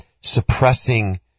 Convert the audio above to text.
suppressing